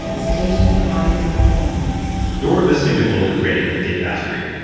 ah station high performance. you're listening to bulletproof radio, with dave asprey.